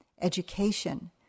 education